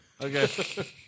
Okay